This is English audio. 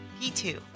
P2